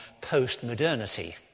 post-modernity